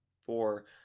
four